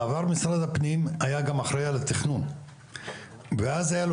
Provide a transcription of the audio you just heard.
בעבר משרד הפנים היה גם אחראי על התכנון ואז היה לו